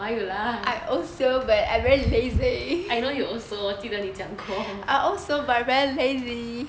why you laugh I know you also 我记得你讲过